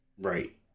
Right